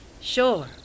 Sure